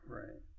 right